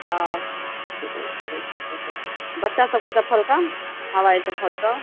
हाँ बच्चा सबका चप्पल का हवाई चप्पल का